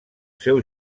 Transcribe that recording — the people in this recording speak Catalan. seu